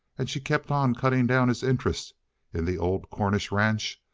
and she kept on cutting down his interest in the old cornish ranch,